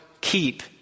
keep